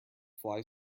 fly